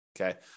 Okay